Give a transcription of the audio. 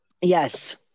Yes